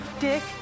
dick